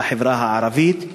בחברה הערבית,